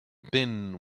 thin